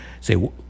say